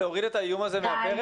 להוריד את האיום הזה מהפרק?